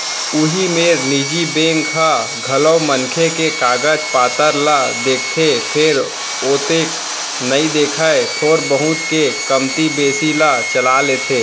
उही मेर निजी बेंक ह घलौ मनखे के कागज पातर ल देखथे फेर ओतेक नइ देखय थोर बहुत के कमती बेसी ल चला लेथे